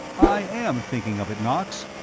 i am thinking of it, knox,